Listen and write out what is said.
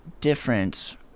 difference